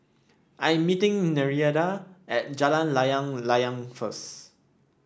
I am meeting Nereida at Jalan Layang Layang first